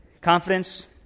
Confidence